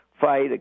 fight